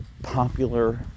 popular